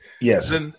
Yes